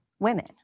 Women